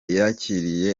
yakiriye